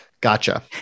Gotcha